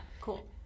Cool